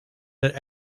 that